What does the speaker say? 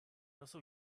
also